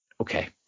okay